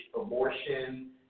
abortion